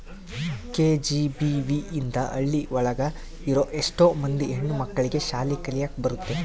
KGBV ಇಂದ ಹಳ್ಳಿ ಒಳಗ ಇರೋ ಎಷ್ಟೋ ಮಂದಿ ಹೆಣ್ಣು ಮಕ್ಳಿಗೆ ಶಾಲೆ ಕಲಿಯಕ್ ಬರುತ್ತೆ